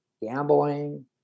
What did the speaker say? gambling